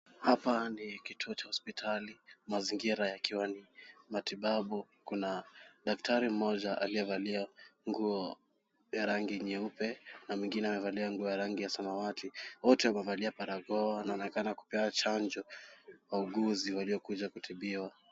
Hapa ni kituo cha hospitali mazingira yakiwa ni matibabu. Kuna daktari mmoja aliyevalia nguo ya rangi nyeupe na mwingine amevalia nguo ya rangi ya samawati. Wote wamevalia barakoa na wanaonekana kupea chanjo wauguzi waliokuja kutibiwa.